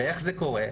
ואיך זה קורה?